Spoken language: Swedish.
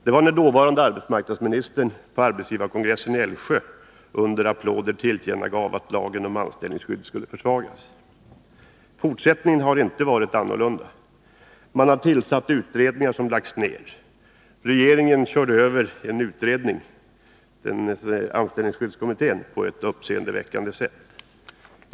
På arbetsgivarkongressen i Älvsjö tillkännagav dåvarande arbetsmarknadsministern under applåder att lagen om anställningsskydd skulle försvagas. Fortsättningen har inte varit annorlunda. Man har tillsatt utredningar som har lagts ned. På ett uppseendeväckande sätt körde regeringen över anställningsskyddskommitténs utredning.